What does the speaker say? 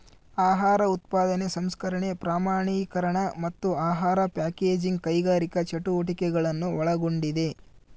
ಆಹಾರ ಉತ್ಪಾದನೆ ಸಂಸ್ಕರಣೆ ಪ್ರಮಾಣೀಕರಣ ಮತ್ತು ಆಹಾರ ಪ್ಯಾಕೇಜಿಂಗ್ ಕೈಗಾರಿಕಾ ಚಟುವಟಿಕೆಗಳನ್ನು ಒಳಗೊಂಡಿದೆ